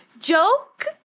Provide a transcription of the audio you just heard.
joke